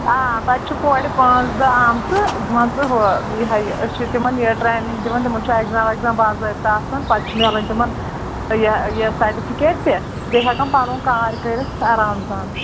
آ تَتہِ چھُ کورِ پانٛژھ دہ آمژٕ مان ژٕ ہُہ یِہَے أسۍ چھِ تِمَن یہِ ٹَرٛیٚنِنٛگ دِوَان تِمَن چھُ ایٚگزام وٮ۪گزام باضٲبطہٕ آسَان پَتہٕ چھُ مِلان تِمَن یہِ سٹِفِکیٹ تہِ بیٚیہِ ہٮ۪کَان پَنُن کار کٔرِتھ آرام سان